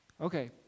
Okay